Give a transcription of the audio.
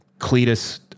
cletus